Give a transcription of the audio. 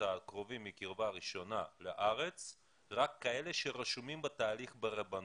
הקרובים מקרבה ראשונה לארץ זה רק כאלה שרשומים בתהליך ברבנות.